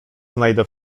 znajdę